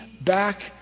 back